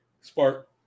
Spark